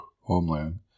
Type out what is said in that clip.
Homeland